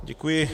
Děkuji.